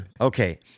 okay